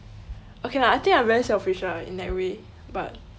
okay lah I think I very selfish ah in that way but